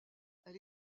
elle